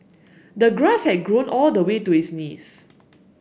the grass had grown all the way to his knees